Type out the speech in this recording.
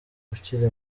ukiri